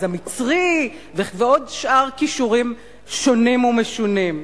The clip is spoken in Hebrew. המצרי ועוד שאר קישורים שונים ומשונים.